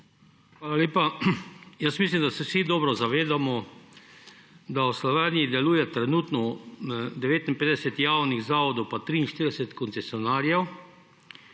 Hvala lepa. Jaz mislim, da se vsi dobro zavedamo, da v Sloveniji deluje trenutno 59 javnih zavodov pa 43 koncesionarjev